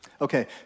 Okay